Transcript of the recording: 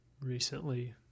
recently